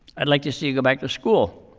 i'd like to see you go back to school.